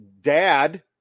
Dad